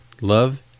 Love